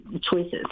choices